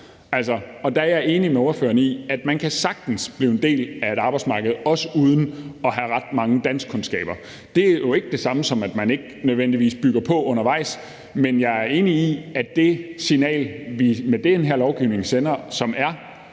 Og der er jeg enig med ordføreren i, at man sagtens kan blive en del af et arbejdsmarked også uden at have ret mange danskkundskaber. Det er jo ikke nødvendigvis det samme, som at man ikke bygger ovenpå undervejs. Men jeg tror også, at det signal, vi sender med den her lovgivning, altså